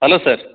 hello sir